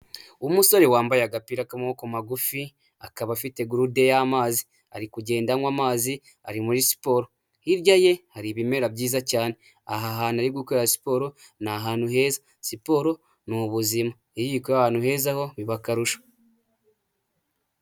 Umusore wambaye agapira k'amaboko magufi akaba afite gurude y'amazi, ari kugenda anywa amazi ari muri siporo, hirya ye hari ibimera byiza cyane aha hantu ari gukorera siporo ni ahantu heza. Siporo ni ubuzima iyo uyikoreye ahantu heza ho biba akarusho.